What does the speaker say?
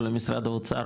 או למשרד האוצר,